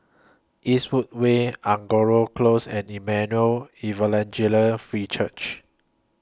Eastwood Way Angora Close and Emmanuel Free Church